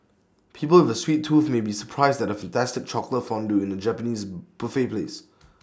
people with A sweet tooth may be surprised at A fantastic chocolate fondue in A Japanese buffet place